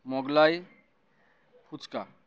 Mughlai fuchka